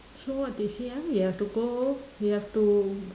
so they say ah you have to go you have to